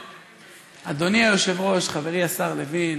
אדוני היושב-ראש, חברי השר לוין,